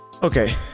Okay